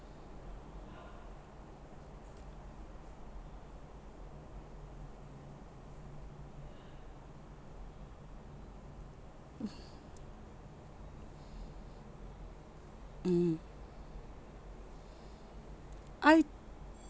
mm I